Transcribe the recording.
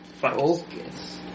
Focus